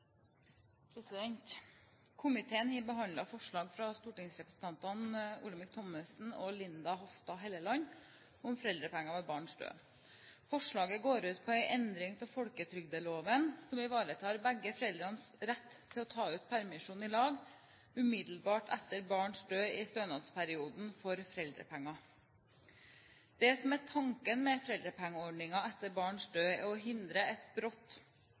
Komiteen har behandlet forslag fra stortingsrepresentantene Olemic Thommessen og Linda C. Hofstad Helleland om foreldrepenger ved barns død. Forslaget går ut på en endring av folketrygdloven som ivaretar begge foreldres rett til å ta ut permisjon sammen umiddelbart etter barns død i stønadsperioden for foreldrepenger. Det som er tanken med foreldrepengeordningen etter barns død, er å hindre et